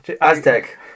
Aztec